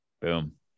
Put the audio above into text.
Boom